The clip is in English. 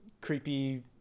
creepy